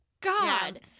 God